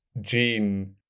Gene